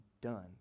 done